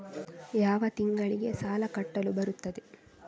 ಯಾವ ತಿಂಗಳಿಗೆ ಸಾಲ ಕಟ್ಟಲು ಬರುತ್ತದೆ?